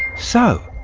so,